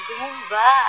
Zumba